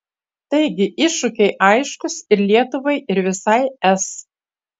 taigi iššūkiai aiškūs ir lietuvai ir visai es